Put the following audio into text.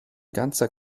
ganzer